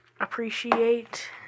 appreciate